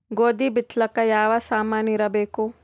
ಗೋಧಿ ಬಿತ್ತಲಾಕ ಯಾವ ಸಾಮಾನಿರಬೇಕು?